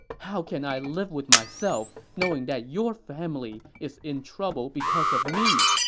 how can i live with myself knowing that your family is in trouble because of me!